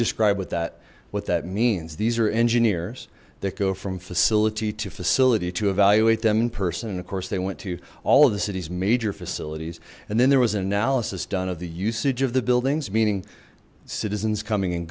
describe with that what that means these are engineers that go from facility to facility to evaluate them in person and of course they went to all of the city's major facilities and then there was an analysis done of the usage of the buildings meaning citizens coming and